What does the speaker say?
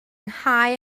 nghae